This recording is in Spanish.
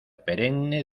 perenne